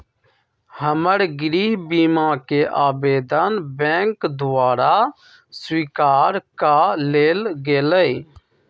हमर गृह बीमा कें आवेदन बैंक द्वारा स्वीकार कऽ लेल गेलय